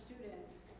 students